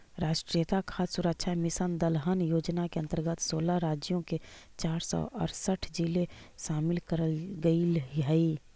राष्ट्रीय खाद्य सुरक्षा मिशन दलहन योजना के अंतर्गत सोलह राज्यों के चार सौ अरसठ जिले शामिल करल गईल हई